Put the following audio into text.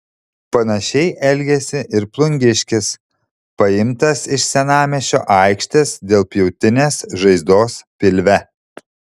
panašiai elgėsi ir plungiškis paimtas iš senamiesčio aikštės dėl pjautinės žaizdos pilve